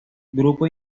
grupo